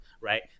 right